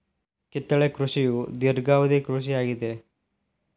ಕಿತ್ತಳೆ ಕೃಷಿಯ ಧೇರ್ಘವದಿ ಕೃಷಿ ಆಗಿದೆ